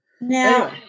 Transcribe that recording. Now